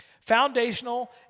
Foundational